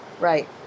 right